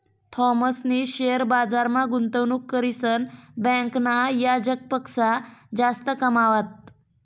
थॉमसनी शेअर बजारमा गुंतवणूक करीसन बँकना याजपक्सा जास्त कमावात